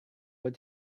what